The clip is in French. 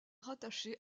rattaché